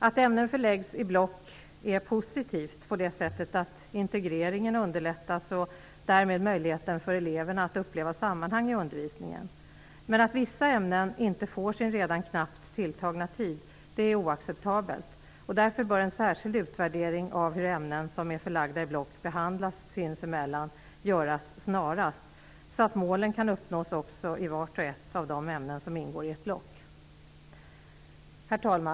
Att ämnen förläggs i block är positivt på det sättet att integreringen underlättas och därmed möjligheten för eleverna att uppleva sammanhang i undervisningen. Men att vissa ämnen inte får sin redan knappt tilltagna tid är oacceptabelt. Därför bör det snarast göras en särskild utvärdering av hur ämnen som är förlagda i block behandlas sinsemellan, så att målen kan uppnås i vart och ett av de ämnen som ingår i ett block. Herr talman!